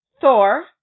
Thor